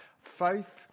faith